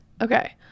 Okay